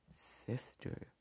sister